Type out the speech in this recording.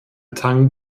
tang